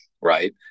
right